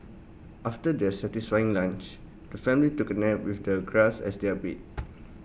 after their satisfying lunch the family took A nap with the grass as their bed